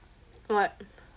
what